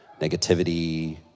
negativity